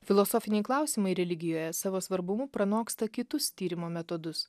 filosofiniai klausimai religijoje savo svarbumu pranoksta kitus tyrimo metodus